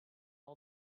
all